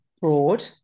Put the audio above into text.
broad